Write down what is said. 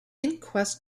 inquest